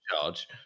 charge